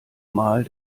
mal